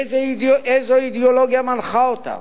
איזו אידיאולוגיה מנחה אותם.